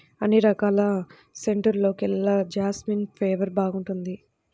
అన్ని రకాల సెంటుల్లోకెల్లా జాస్మిన్ ఫ్లేవర్ బాగుంటుంది